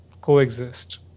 coexist